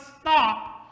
stop